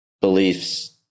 beliefs